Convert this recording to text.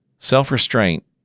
Self-restraint